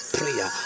prayer